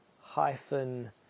hyphen